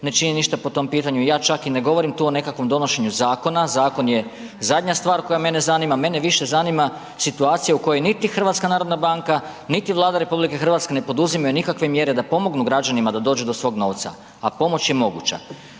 ne čini ništa po tom pitanju i ja čak i ne govorim tu o nekakvom donošenju zakona, zakon je zadnja stvar koja mene zanima. Mene više zanima situacija u kojoj niti HNB niti Vlada RH ne poduzimaju nikakve mjere da pomognu građanima da dođu do svog novca, a pomoć je moguća.